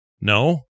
No